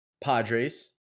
Padres